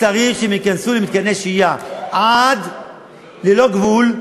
צריך שהם ייכנסו למתקני שהייה ללא גבול,